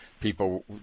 people